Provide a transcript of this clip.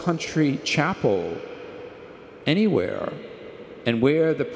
country chapel anywhere and where the